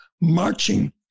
marching